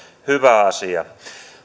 hyvä asia